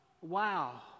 Wow